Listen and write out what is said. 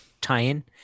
tie-in